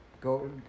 go